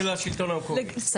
סייעות שלטון מקומי.